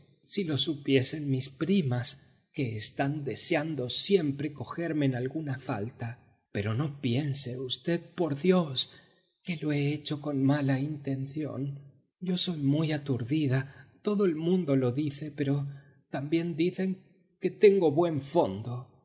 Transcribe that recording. lo supiesen mis primas que están deseando siempre cogerme en alguna falta pero no piense v por dios que lo he hecho con mala intención yo soy muy aturdida todo el mundo lo dice pero también dicen que tengo buen fondo